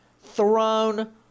thrown